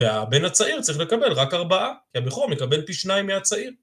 והבן הצעיר צריך לקבל רק ארבעה, כי הבכור מקבל פי שניים מהצעיר.